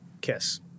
Kiss